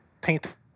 paint